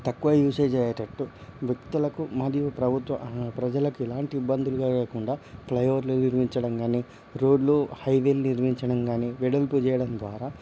తక్కువ యూసేజ్ అయ్యేటట్టు వ్యక్తులకు మరియు ప్రభుత్వ ప్రజలకి ఎలాంటి ఇబ్బందులు కలగకుండా ఫ్లై ఓవర్లు నిర్మించడం కానీ రోడ్లు హైవేలు నిర్మించడం కానీ వెడల్పు చేయడం ద్వారా